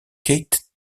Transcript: kate